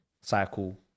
cycle